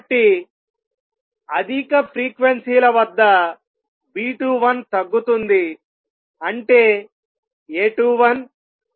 కాబట్టి అధిక ఫ్రీక్వెన్సీ ల వద్ద B21 తగ్గుతుంది అంటేA21